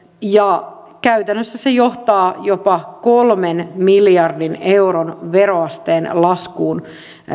ja käytännössä se johtaa jopa kolmen miljardin euron veroasteen laskuun